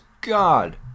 god